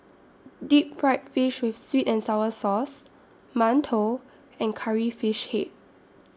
Deep Fried Fish with Sweet and Sour Sauce mantou and Curry Fish Head